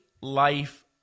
life